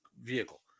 vehicle